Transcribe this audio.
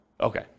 Okay